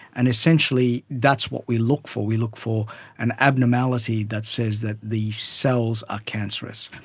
and essentially that's what we look for, we look for an abnormality that says that the cells are cancerous.